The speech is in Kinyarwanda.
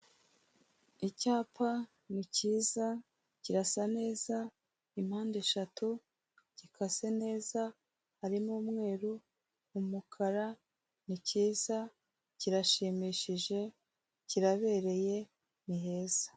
Icyapa ni cyiza, kirasa neza, ni impande eshatu, gikase neza, harimo umweru, umukara, ni cyiza, kirashimishije, kirabereye, ni heza.